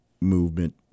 movement